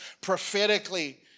prophetically